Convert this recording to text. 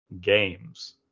games